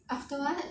after what